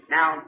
Now